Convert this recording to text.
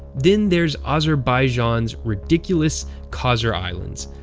then there's azerbaijan's ridiculous khazar islands,